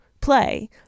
play